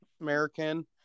American